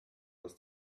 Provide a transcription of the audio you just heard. ist